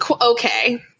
Okay